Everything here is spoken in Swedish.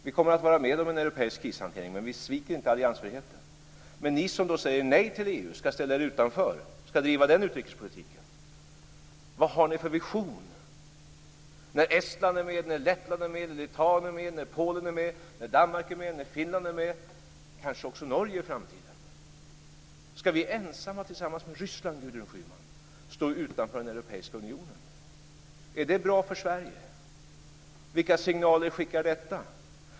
Vi kommer att vara med om en europeisk krishantering, men vi sviker inte alliansfriheten. Men ni som säger nej till EU och skall ställa er utanför och skall driva den utrikespolitiken, vad har ni för vision när Estland är med, när Lettland är med, när Litauen är med, när Polen är med, när Danmark är med, när Finland är med och när kanske också Norge är med i framtiden? Skall vi ensamma tillsammans med Ryssland, Gudrun Schyman, stå utanför Europeiska unionen? Är det bra för Sverige? Vilka signaler skickar detta?